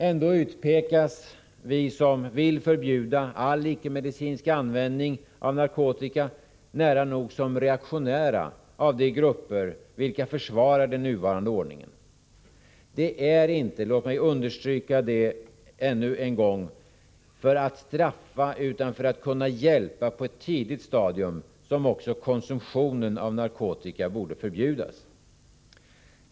Ändå utpekas vi som vill förbjuda all icke medicinsk användnng av narkotika såsom nära nog reaktionära av de grupper som försvarar den nuvarande ordningen. Det är inte — låt mig understryka det ännu en gång — för att straffa utan för att kunna hjälpa på ett tidigt stadium som också konsumtionen av narkotika borde förbjudas.